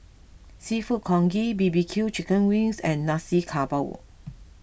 Seafood Congee B B Q Chicken Wings and Nasi Campur